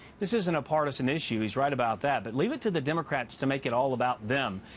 this isn't a partisan issue. he's right about that. but leave it to the democrats to make it all about them.